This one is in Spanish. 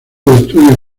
estudios